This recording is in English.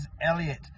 Elliot